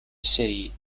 city